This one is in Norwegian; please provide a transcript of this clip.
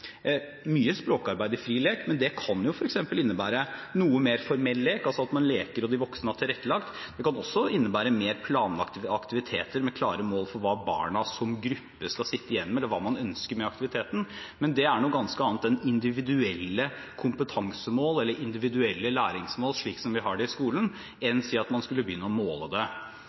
mye språkarbeid i fri lek, men det kan innebære noe mer formell lek: å leke noe de voksne har tilrettelagt. Det kan også innebære mer planlagte aktiviteter med klare mål for hva barna som gruppe skal sitte igjen med, eller hva man ønsker med aktiviteten. Det er noe ganske annet enn individuelle kompetansemål eller individuelle læringsmål, slik som vi har i skolen, enn si å begynne å måle det.